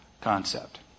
concept